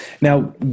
Now